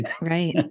Right